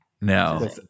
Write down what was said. No